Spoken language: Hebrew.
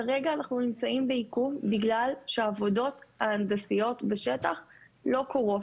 כרגע אנחנו נמצאים בעיכוב בגלל שהעבודות ההנדסיות בשטח לא קורות.